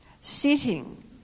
sitting